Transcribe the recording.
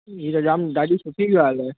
ही त जामु ॾाढी सुठी ॻाल्हि आहे